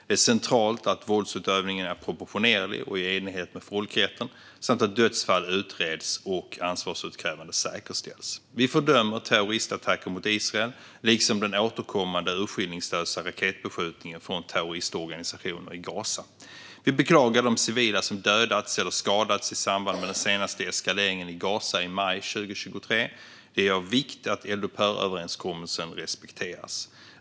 Det är centralt att våldsutövningen är proportionerlig och i enlighet med folkrätten samt att dödsfall utreds och ansvarsutkrävande säkerställs. Vi fördömer terroristattacker mot Israel, liksom den återkommande urskillningslösa raketbeskjutningen från terroristorganisationer i Gaza. Vi beklagar de civila som dödats eller skadats i samband med den senaste eskaleringen i Gaza i maj 2023. Det är av vikt att eldupphöröverenskommelsen respekteras.